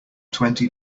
twenty